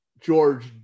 George